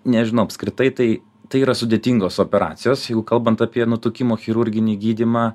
nežinau apskritai tai tai yra sudėtingos operacijos jeigu kalbant apie nutukimo chirurginį gydymą